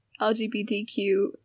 LGBTQ